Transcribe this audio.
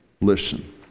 Listen